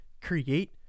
create